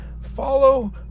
follow